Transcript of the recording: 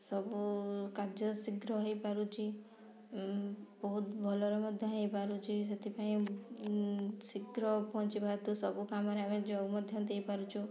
ସବୁ କାର୍ଯ୍ୟ ଶୀଘ୍ର ହେଇ ପାରୁଛି ବହୁତ ଭଲ ରେ ମଧ୍ୟ ହେଇ ପାରୁଛି ସେଥିପାଇଁ ଶୀଘ୍ର ପହଞ୍ଚିବା ହେତୁ ସବୁ କାମ ରେ ଆମେ ଯୋଗ ମଧ୍ୟ ଦେଇ ପାରୁଛୁ